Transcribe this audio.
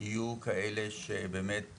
יהיו כאלה שבאמת עברו.